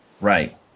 Right